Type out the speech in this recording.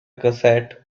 cassette